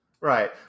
Right